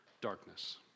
darkness